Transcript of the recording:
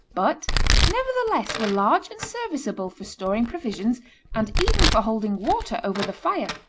but nevertheless were large and serviceable for storing provisions and even for holding water over the fire.